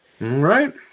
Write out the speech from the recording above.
Right